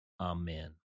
Amen